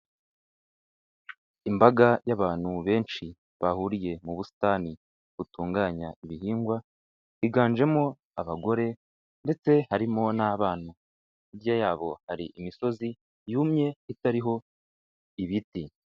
Imbaga y'abantu benshi bahuriye mu busitani butunganya ibihingwa, higanjemo abagore ndetse harimo n'abana. Hirya yabo hari imisozi yumye itariho ibiti.